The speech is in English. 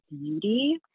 beauty